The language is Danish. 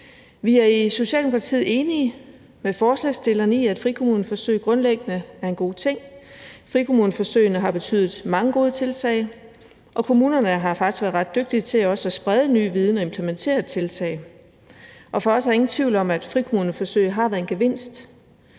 Vi er i Socialdemokratiet enige med forslagsstillerne i, at frikommuneforsøg grundlæggende er en god ting. Frikommuneforsøgene har betydet mange gode tiltag, og kommunerne har faktisk også været ret dygtige til også at sprede ny viden og implementere tiltag. Og for os er der ingen tvivl om, at frikommuneforsøg har været en gevinst.